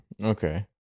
okay